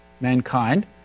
mankind